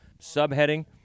subheading